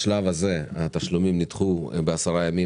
בשלב הזה התשלומים נדחו ב-10 ימים,